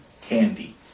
candy